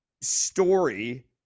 story